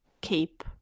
keep